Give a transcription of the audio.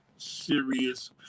Serious